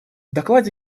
докладе